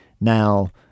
Now